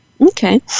Okay